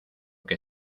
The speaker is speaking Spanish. que